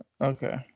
Okay